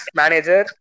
manager